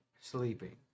sleeping